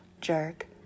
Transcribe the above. Jerk